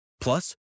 Plus